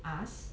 us